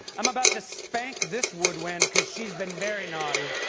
i'm about to spank this wood wind because she's been very naughty.